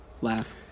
laugh